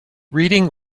reading